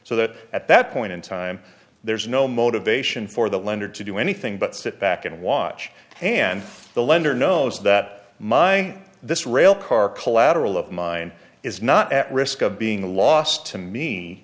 so that at that point in time there's no motivation for the lender to do anything but sit back and watch and the lender knows that my this railcar collateral of mine is not at risk of being lost to me